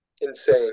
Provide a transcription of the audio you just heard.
Insane